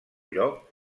lloc